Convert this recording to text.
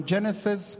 Genesis